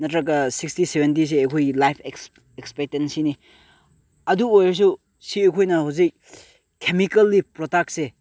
ꯅꯠꯇ꯭ꯔꯒ ꯁꯤꯛꯁꯇꯤ ꯁꯚꯦꯟꯇꯤꯁꯦ ꯑꯩꯈꯣꯏꯒꯤ ꯂꯥꯏꯐ ꯑꯦꯛꯁꯄꯦꯛꯇꯦꯟꯁꯤꯅꯤ ꯑꯗꯨ ꯑꯣꯏꯔꯁꯨ ꯁꯤ ꯑꯩꯈꯣꯏꯅ ꯍꯧꯖꯤꯛ ꯀꯦꯃꯤꯀꯦꯜꯒꯤ ꯄ꯭ꯔꯗꯛꯁꯦ